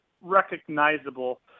recognizable